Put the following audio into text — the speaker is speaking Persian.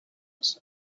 سرم